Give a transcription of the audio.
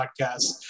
podcast